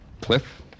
Cliff